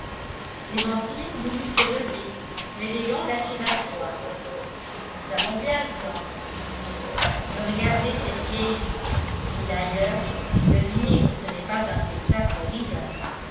clémentine voulut se lever mais léon la fit rasseoir nous avons bien le temps dit-il de regarder cette vieillerie et d'ailleurs vous devinez que ce n'est pas un spectacle riant